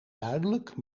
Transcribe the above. duidelijk